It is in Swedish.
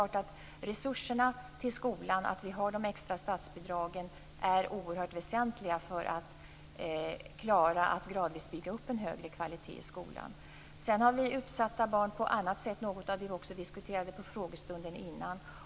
Resurserna till skolan, de extra statsbidragen, är oerhört väsentliga för att man gradvis kan bygga upp en högre kvalitet i skolan. Sedan har vi utsatta barn även på annat sätt, något som diskuterades under frågestunden.